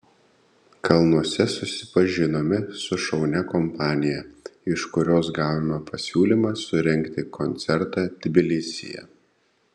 kalnuose susipažinome su šaunia kompanija iš kurios gavome pasiūlymą surengti koncertą tbilisyje